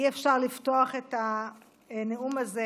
אי-אפשר לפתוח את הנאום הזה